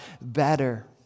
better